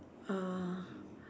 uh